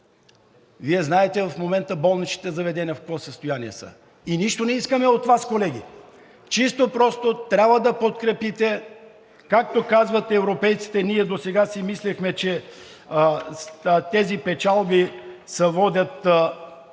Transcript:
Вие знаете в момента болничните заведения в какво състояние са и нищо не искаме от Вас, колеги! Чисто и просто трябва да подкрепите, както казват европейците. Ние досега си мислехме, че тези печалби се водят